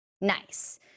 Nice